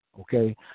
okay